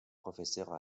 professeur